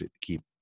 keep